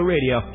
Radio